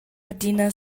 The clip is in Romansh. adina